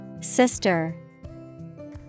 Sister